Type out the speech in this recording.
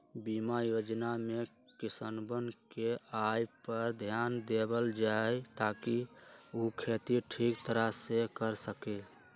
बीमा योजना में किसनवन के आय पर ध्यान देवल जाहई ताकि ऊ खेती ठीक तरह से कर सके